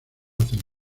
hacen